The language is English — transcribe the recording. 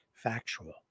Factual